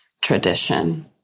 tradition